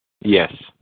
Yes